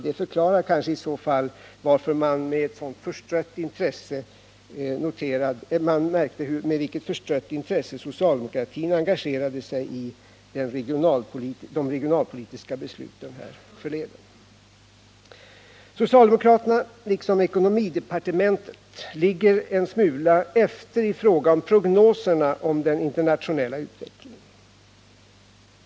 Det förklarar i så fall det förströdda intresse som socialdemokratin ägnade de regionalpolitiska besluten härförleden. Socialdemokraterna, liksom ekonomidepartementet, ligger en smula efter i fråga om prognoserna för den internationella utvecklingen.